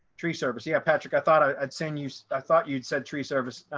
tree service. yeah, patrick, i thought i'd seen you. i thought you'd said tree service.